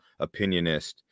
opinionist